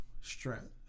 strength